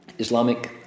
Islamic